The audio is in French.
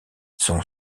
son